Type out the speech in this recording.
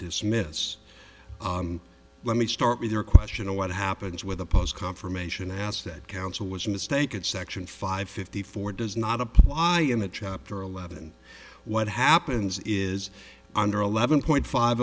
dismiss let me start with your question of what happens with a post confirmation asset counsel was a mistake in section five fifty four does not apply in the chapter eleven what happens is under eleven point five